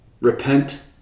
repent